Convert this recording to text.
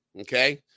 okay